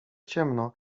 ciemno